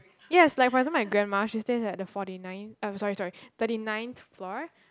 yes like for example my grandma she stays at the Forty Nine oh sorry sorry thirty ninth floor